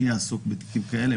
מי יעסוק בתיקים כאלה,